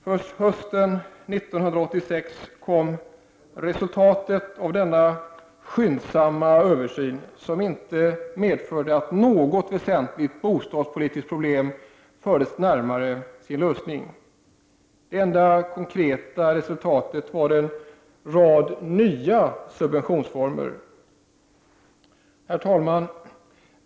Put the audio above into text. Först hösten 1986 kom resultatet av denna skyndsamma Översyn, som inte medförde att något väsentligt bostadspolitiskt problem fördes närmare sin lösning. Det enda konkreta resultatet var en rad nya subventionsformer. Herr talman!